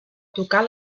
tocar